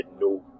no